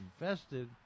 infested